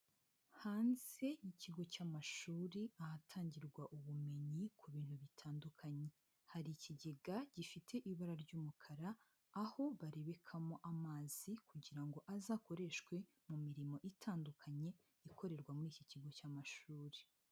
Hanze y'ikigo cy'amashuri ahatangirwa ubumenyi ku bintu bitandukanye, hari ikigega gifite ibara ry'umukara, aho barebekamo amazi kugira ngo azakoreshwe mu mirimo itandukanye ikorerwa muri iki kigo cy'amashuri.